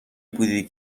بودی